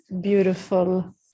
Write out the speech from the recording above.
beautiful